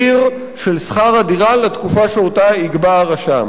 של שכר הדירה לתקופה שאותה יקבע הרשם.